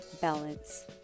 balance